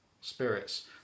spirits